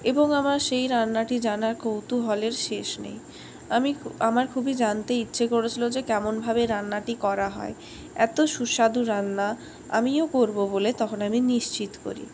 এবং আমার সেই রান্নাটি জানার কৌতূহলের শেষ নেই আমি আমার খুবই জানতে ইচ্ছা করেছিল যে কেমনভাবে রান্নাটি করা হয় এতো সুস্বাদু রান্না আমিও করবো বলে তখন আমি নিশ্চিত করি